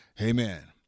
Amen